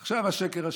עכשיו, השקר השני,